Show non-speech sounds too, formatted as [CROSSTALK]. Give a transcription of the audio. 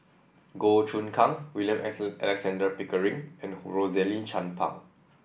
Goh Choon Kang William [UNINTELLIGIBLE] Alexander Pickering and Rosaline Chan Pang